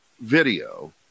video